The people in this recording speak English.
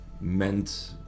meant